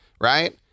right